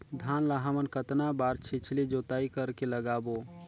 धान ला हमन कतना बार छिछली जोताई कर के लगाबो?